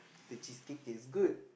the cheese cake taste good